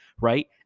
right